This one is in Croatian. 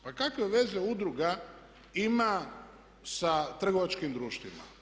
Pa kakve veze udruga ima sa trgovačkim društvima?